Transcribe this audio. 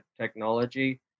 technology